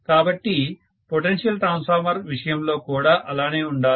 కాబట్టి potential transformer విషయం లో కూడా అలానే ఉండాలి